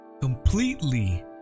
completely